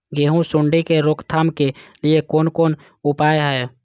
गेहूँ सुंडी के रोकथाम के लिये कोन कोन उपाय हय?